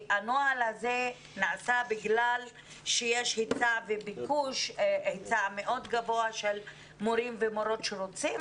שהנוהל הזה נעשה בגלל שיש היצע מאוד גבוה של מורים ומורות שרוצים,